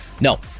no